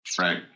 Right